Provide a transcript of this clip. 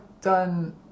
done